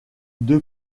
deux